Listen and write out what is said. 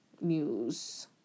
news